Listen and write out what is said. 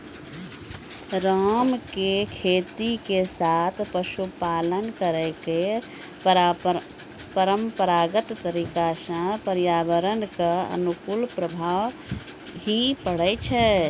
राम के खेती के साथॅ पशुपालन करै के परंपरागत तरीका स पर्यावरण कॅ अनुकूल प्रभाव हीं पड़ै छै